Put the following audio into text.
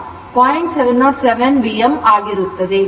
707 Vm ಆಗಿರುತ್ತದೆ